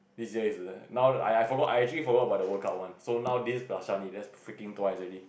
this year is now I I forgot I actually forgot about the workout one so now this plus Shan Ee that's freaking twice already